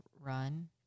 run